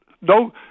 No